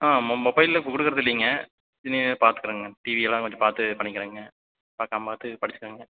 ஆ மொ மொபைல்லை இப்போ கொடுக்குறதில்லீங்க இனி பார்த்துக்குறேங்க டிவியெல்லாம் கொஞ்சம் பார்த்து பண்ணிக்கிறேங்க பார்க்காம பார்த்து படிச்சிக்கங்க